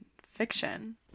fiction